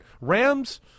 Rams